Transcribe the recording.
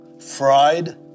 fried